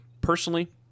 personally